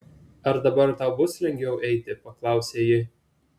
ar dabar tau bus lengviau eiti paklausė ji